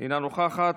אינה נוכחת,